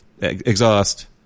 Exhaust